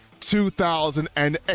2008